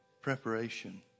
Preparation